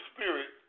Spirit